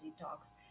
Talks